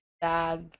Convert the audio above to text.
bag